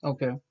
Okay